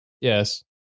yes